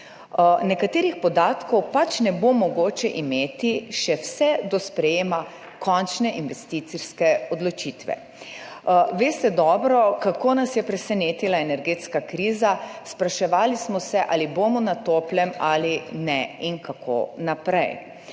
Nekaterih podatkov pač ne bo mogoče imeti še vse do sprejetja končne investicijske odločitve. Dobro veste, kako nas je presenetila energetska kriza, spraševali smo se, ali bomo na toplem ali ne in kako naprej.